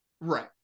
Right